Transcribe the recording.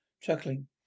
Chuckling